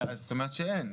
אז זאת אומרת שאין.